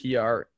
PR